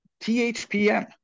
THPN